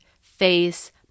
face